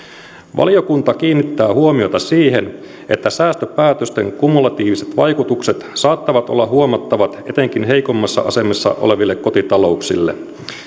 valiokunta kiinnittää huomiota siihen että säästöpäätösten kumulatiiviset vaikutukset saattavat olla huomattavat etenkin heikommassa asemassa oleville kotitalouksille